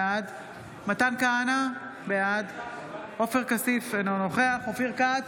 בעד מתן כהנא, בעד עופר כסיף, אינו נוכח אופיר כץ,